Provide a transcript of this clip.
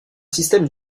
système